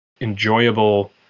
enjoyable